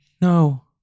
No